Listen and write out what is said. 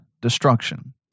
destruction